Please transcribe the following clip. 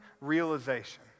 realization